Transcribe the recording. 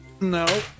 No